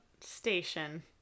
station